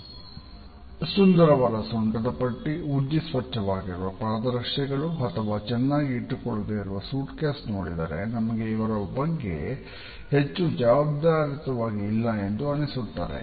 ವ್ಹರ್ನ್ನಾಗಿರುವಸೊಂಟದ ಪಟ್ಟಿ ಉಜ್ಜಿ ಸ್ವಚ್ಛವಾಗಿರುವ ಪಾದರಕ್ಷೆಗಳು ಅಥವಾ ಚೆನ್ನಾಗಿಇಟ್ಟುಕೊಳ್ಳದೆ ಇರುವ ಸೂಟ್ಕೇಸ್ ನೋಡಿದರೆ ನಮಗೆ ಇವರುಬಗ್ಗೆ ನಾವು ಹೆಚ್ಚು ಜವಾಬ್ದಾರಿಯುತವಾಗಿ ಇಲ್ಲಎಂದುಅನ್ನಿಸುತ್ತದೆ